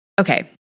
okay